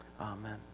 amen